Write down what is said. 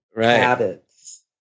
habits